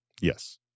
Yes